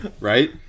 Right